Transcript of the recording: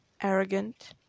arrogant